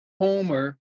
homer